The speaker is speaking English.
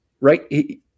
right